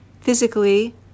physically